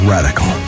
Radical